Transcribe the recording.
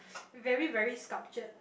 very very sculptured